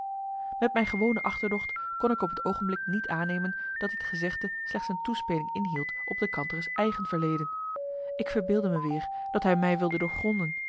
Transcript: met mijn gewone achterdocht kon ik op het oogenblik niet aannemen dat dit gezegde slechts een toespeling inhield op de kantere's eigen verleden ik verbeeldde me weer dat hij mij wilde doorgronden